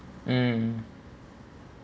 mm